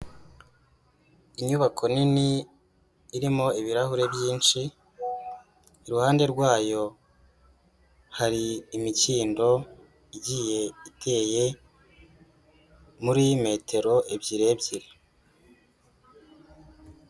Inyubako nini irimo ibirahure byinshi, iruhande rwayo hari imikindo igiye iteye, muri metero ebyiri ebyiri.